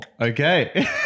okay